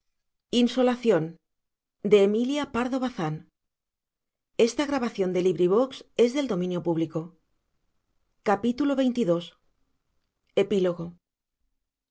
amorosa emilia pardo bazán